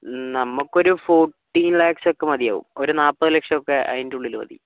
നമുക്ക് ഒരു ഫോട്ടീൻ ലാക്സ് ഒക്കെ മതിയാവും ഒരു നാൽപ്പത് ലക്ഷമൊക്കെ അതിന്റെ ഉള്ളിൽ മതി